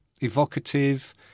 evocative